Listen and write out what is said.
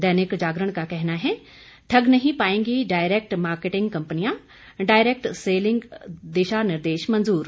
दैनिक जागरण का कहना है ठग नहीं पाएंगी डायरेक्ट मार्केटिंग कंपनियां डायरेक्ट सेलिंग दिशानिर्देश मंजूर